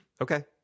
Okay